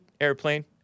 airplane